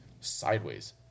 sideways